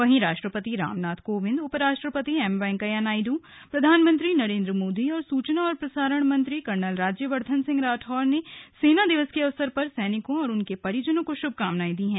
वहीं राष्ट्रपति रामनाथ कोविंद उपराष्ट्रपति एमवेंकैया नायडू प्रधानमंत्री नरेन्द्र मोदी और सूचना और प्रसारण मंत्री कर्नल राज्य वर्धन राठौड़ ने सेना दिवस के अवसर पर सैनिकों और उनके परिजनों को श्भकामनाएं दी हैं